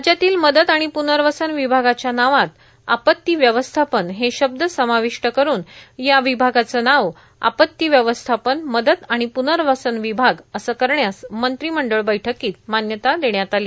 राज्यातील मदत आणि पनर्वसन विभागाच्या नावात आपत्ती व्यवस्थापन हे शब्द समाविष्ट करून या विभागाचे नाव आपत्ती व्यवस्थापन मदत आणि प्नर्वसन विभाग असे करण्यास मंत्रिमंडळ बैठकीत मान्यता देण्यात आली